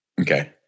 Okay